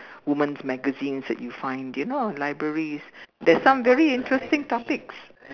women's magazines that you find you know in libraries there is some interesting topics